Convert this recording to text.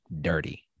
dirty